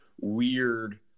weird